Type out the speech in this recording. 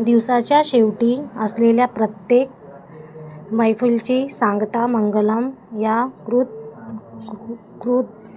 दिवसाच्या शेवटी असलेल्या प्रत्येक मैफिलीची सांगता मंगलम् या कृत कृत